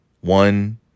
one